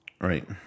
right